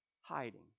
hiding